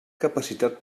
capacitat